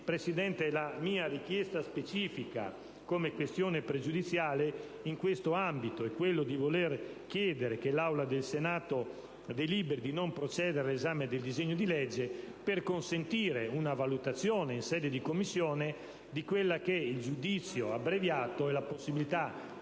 Presidente, la mia richiesta specifica, come questione pregiudiziale in questo ambito, è che l'Aula del Senato deliberi di non procedere all'esame del disegno di legge, per consentire una valutazione in sede di Commissione del giudizio abbreviato e della possibilità